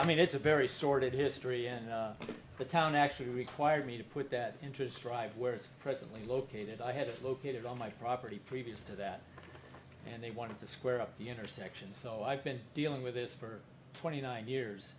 i mean it's a very sordid history and the town actually required me to put that interest drive where it's presently located i had located on my property previous to that and they wanted to square up the intersection so i've been dealing with this for twenty nine years